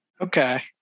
Okay